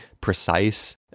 precise